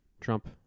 Trump